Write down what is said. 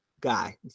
guy